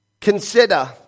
consider